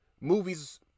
Movies